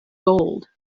gold